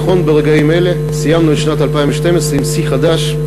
נכון לרגעים אלה סיימנו את שנת 2012 עם שיא חדש,